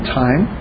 time